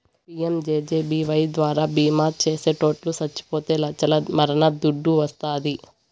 PMJJBY ద్వారా బీమా చేసిటోట్లు సచ్చిపోతే లచ్చల మరణ దుడ్డు వస్తాది